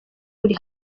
uri